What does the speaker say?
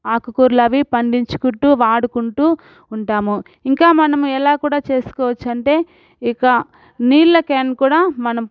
ఆకుకూరలు అవి పండించుకుంటు వాడుకుంటు ఉంటాము ఇంకా మనము ఎలాగ కూడా చేసుకోవచ్చు అంటే ఇక నీళ్ళ క్యాన్ కూడా మనం